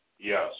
Yes